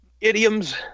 idioms